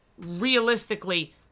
realistically